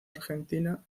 argentina